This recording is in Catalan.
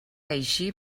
així